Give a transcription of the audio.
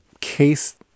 case